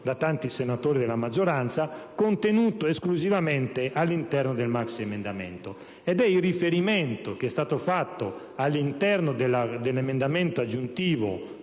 da tanti senatori della maggioranza, contenuto esclusivamente all'interno del maxiemendamento. È il riferimento che è stato fatto all'interno dell'emendamento aggiuntivo